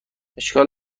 اشکال